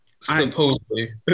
supposedly